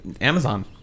Amazon